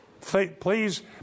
Please